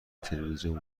تلویزیون